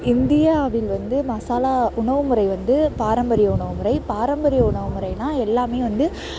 இந்தியாவில் வந்து மசாலா உணவுமுறை வந்து பாரம்பரிய உணவுமுறை பாரம்பரிய உணவுமுறைன்னா எல்லாமே வந்து